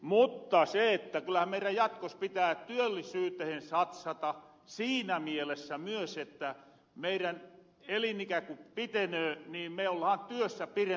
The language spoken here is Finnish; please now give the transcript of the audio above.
mutta kyllähän meirän jatkos pitää työllisyytehen satsata siinä mielessä myös että meirän elinikä ku pitenöö niin me ollahan työssä pirempähän